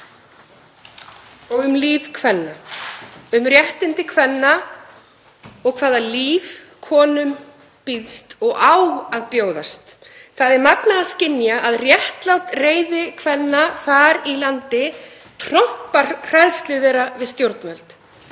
líf kvenna og réttindi kvenna og hvaða líf konum býðst og á að bjóðast. Það er magnað að skynja að réttlát reiði kvenna þar í landi trompar hræðslu þeirra við stjórnvöld.